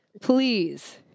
please